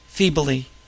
feebly